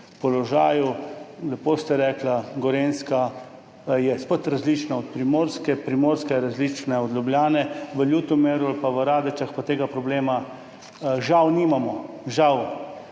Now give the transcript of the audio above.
položaju. Lepo ste rekli, Gorenjska je spet različna od Primorske, Primorska je različna od Ljubljane, v Ljutomeru ali pa v Radečah pa tega problema žal nimamo. Žal